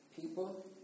People